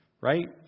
right